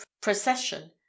procession